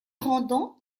rendant